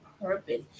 purpose